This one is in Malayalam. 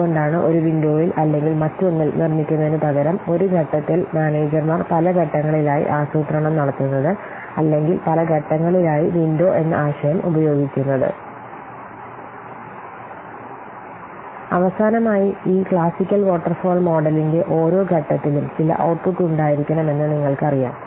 അതുകൊണ്ടാണ് ഒരു വിൻഡോയിൽ അല്ലെങ്കിൽ മറ്റൊന്നിൽ നിർമ്മിക്കുന്നതിനുപകരം ഒരു ഘട്ടത്തിൽ മാനേജർമാർ പല ഘട്ടങ്ങളിലായി ആസൂത്രണം നടത്തുന്നത് അല്ലെങ്കിൽ പല ഘട്ടങ്ങളിലായി വിൻഡോ എന്ന ആശയം ഉപയോഗിക്കുന്നത് അവസാനമായി ഈ ക്ലാസിക്കൽ വാട്ടർ ഫാൾ മോഡലിന്റെ ഓരോ ഘട്ടത്തിലും ചില ഔട്ട്പുട്ട് ഉണ്ടായിരിക്കണമെന്ന് നിങ്ങൾക്കറിയാം